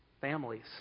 families